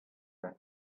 them